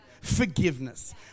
Forgiveness